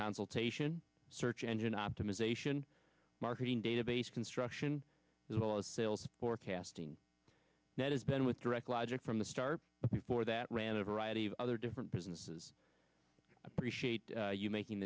consultation search engine optimization marketing database construction as well as sales forecasting that has been with direct logic from the start for that ran a variety of other different businesses appreciate you making